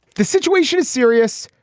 the situation is serious.